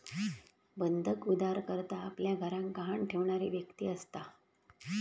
बंधक उधारकर्ता आपल्या घराक गहाण ठेवणारी व्यक्ती असता